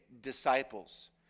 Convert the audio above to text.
disciples